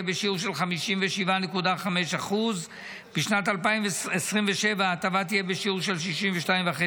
בשיעור של 57.5%; בשנת 2027 ההטבה תהיה בשיעור של 62.5%,